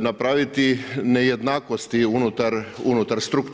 napraviti nejednakosti unutar struktura.